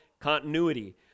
continuity